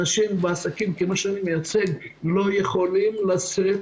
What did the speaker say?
אנשים בעסקים כמו שאני מייצג לא יכולים לשאת